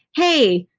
hey,